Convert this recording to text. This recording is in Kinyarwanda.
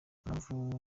impamvu